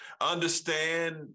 Understand